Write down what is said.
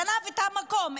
גנב את המקום,